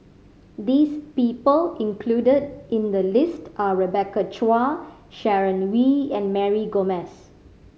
this people included in the list are Rebecca Chua Sharon Wee and Mary Gomes